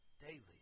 daily